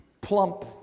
plump